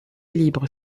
libre